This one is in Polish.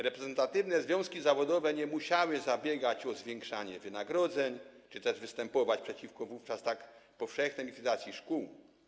Reprezentatywne związki zawodowe nie musiały zabiegać o zwiększanie wynagrodzeń czy też występować przeciwko wówczas tak powszechnej likwidacji szkół.